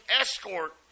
escort